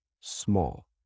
small